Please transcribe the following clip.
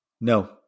No